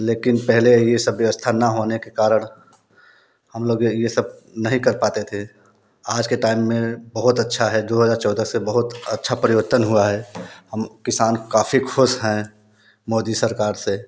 लेकिन पहले ये सब व्यवस्था ना होने के कारण हम लोग ये सब नहीं कर पाते थे आज के टाइम में बहुत अच्छा है दो हजार से चौदह से बहुत अच्छा परिवर्तन हुआ है हम किसान काफ़ी खुश हैं मोदी सरकार से